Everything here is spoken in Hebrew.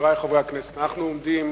חברי חברי הכנסת, אנחנו עומדים